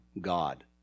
God